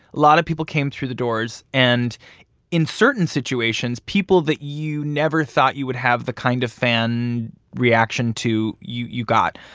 a lot of people came through the doors. and in certain situations, people that you never thought you would have the kind of fan reaction to, you you got.